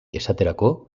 esaterako